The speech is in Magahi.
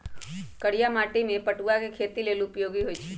करिया माटि में पटूआ के खेती लेल उपयोगी होइ छइ